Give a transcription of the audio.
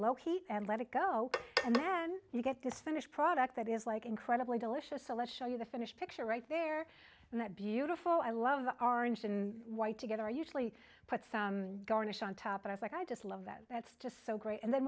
low heat and let it go and then you get this finished product that is like incredibly delicious so let's show you the finished picture right there and that beautiful i love the orange in white together usually put some garnish on top of it like i just love that that's just so great and then